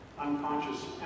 unconscious